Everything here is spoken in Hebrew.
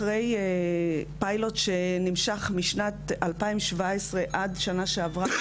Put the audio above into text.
אחרי פיילוט שנמשך בשנת 2017 עד שנה שעברה,